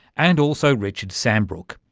and also richard sambrook,